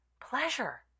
pleasure